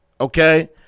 Okay